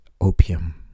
opium